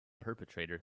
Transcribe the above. perpetrator